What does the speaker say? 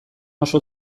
oso